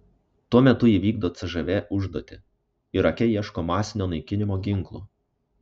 tuo metu ji vykdo cžv užduotį irake ieško masinio naikinimo ginklų